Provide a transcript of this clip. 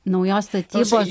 naujos statybos